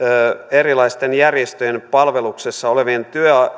erilaisten järjestöjen palveluksessa olevien